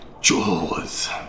Jaws